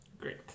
Great